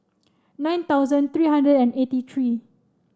nine thousand three hundred and eighty three